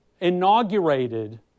inaugurated